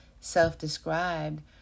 self-described